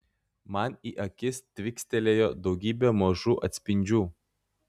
man į akis tvykstelėjo daugybė mažų atspindžių